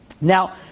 Now